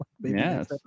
Yes